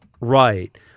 Right